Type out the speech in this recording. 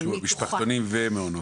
מתוכם --- משפחתונים ומעונות.